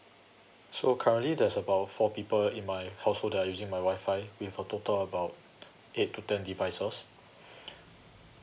so currently there's about four people in my household that are using my Wi-Fi with a total about eight to ten devices